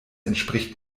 entspricht